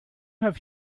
have